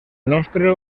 nostre